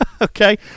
Okay